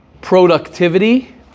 productivity